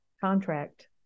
contract